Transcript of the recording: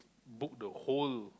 book the whole